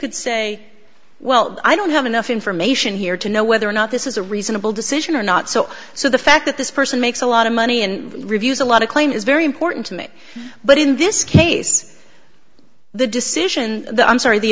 could say well i don't have enough information here to know whether or not this is a reasonable decision or not so so the fact that this person makes a lot of money and reviews a lot of claim is very important to me but in this case the decision that i'm sorry the